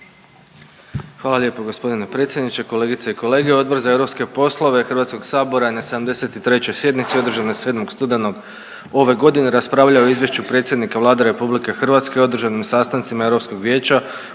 Hvala lijepo g. predsjedniče. Kolegice i kolege. Odbor za europske poslove HS-a je na 73. sjednici održanoj 7. studenog ove godine raspravljao o Izvješću predsjednika Vlade RH o održanim sastancima Europskog vijeća